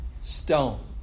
stone